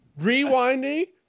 rewinding